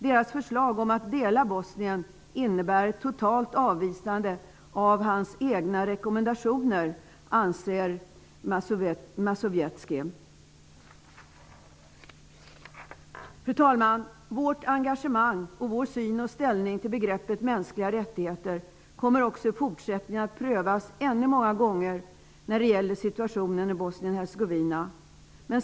Deras förslag om att dela Bosnien innebär ett totalt avvisande av Mazowieckis egna rekommendationer. Fru talman! Vårt engagemang, vår syn och vårt ställningstagande till begreppet mänskliga rättigheter kommer också i fortsättningen att prövas ännu många gånger i fråga om situationen i Bosnien-Hercegovina.